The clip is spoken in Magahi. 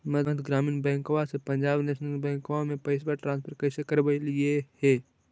मध्य ग्रामीण बैंकवा से पंजाब नेशनल बैंकवा मे पैसवा ट्रांसफर कैसे करवैलीऐ हे?